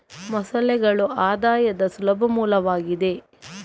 ಮೊಸಳೆಗಳು ಆದಾಯದ ಸುಲಭ ಮೂಲವಾಗಿದೆ